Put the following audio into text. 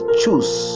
choose